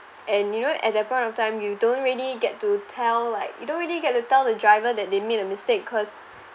and you know at that point of time you don't really get to tell like you don't really get to tell the driver that they made a mistake cause